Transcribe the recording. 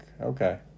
okay